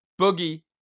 Boogie